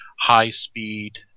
high-speed